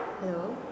hello